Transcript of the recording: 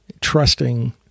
trusting